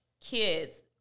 kids